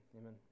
Amen